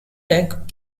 deck